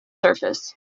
surface